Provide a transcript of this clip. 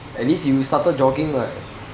at least you started jogging [what]